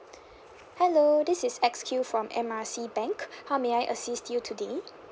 hello this is X Q from M R C bank how may I assist you today